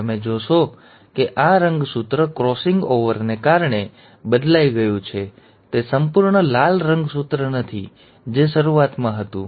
હવે તમે જોશો કે આ રંગસૂત્ર ક્રોસિંગ ઓવરને કારણે બદલાઈ ગયું છે તે સંપૂર્ણ લાલ રંગસૂત્ર નથી જે શરૂઆતમાં હતું